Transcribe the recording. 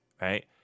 right